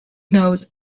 knows